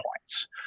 points